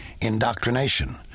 indoctrination